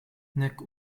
nek